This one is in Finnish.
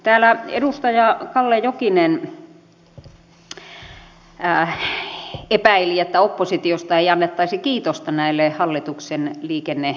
täällä edustaja kalle jokinen epäili että oppositiosta ei annettaisi kiitosta näille hallituksen liikenneinfraesityksille